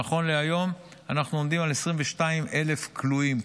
שנכון להיום אנחנו עומדים על 22,000 כלואים,